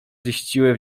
ziściły